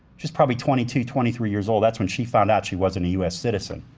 she was probably twenty two, twenty three years old. that's when she found out she wasn't a u s. citizen.